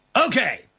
Okay